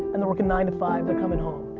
and they're working nine to five, they're coming home.